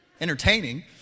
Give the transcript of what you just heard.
Entertaining